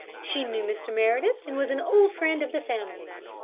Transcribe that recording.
she knew mr. meredith and was an old friend of the family's.